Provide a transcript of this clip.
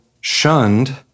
shunned